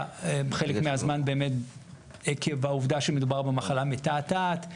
חלק מהזמן באמת עקב העובדה שמדובר במחלה מתעתעת,